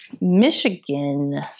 Michigan